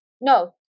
No